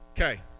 Okay